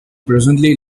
presently